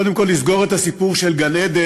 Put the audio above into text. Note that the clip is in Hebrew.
קודם כול לסגור את הסיפור של גן-עדן,